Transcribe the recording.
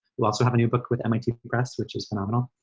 who also have a new book with mit press, which is phenomenal.